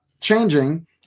changing